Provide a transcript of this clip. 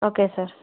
okay sir